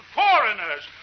foreigners